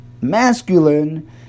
masculine